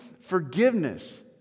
forgiveness